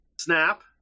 snap